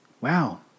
wow